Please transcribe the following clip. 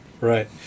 Right